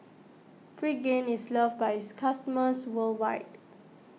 Pregain is loved by its customers worldwide